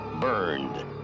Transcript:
burned